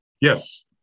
Yes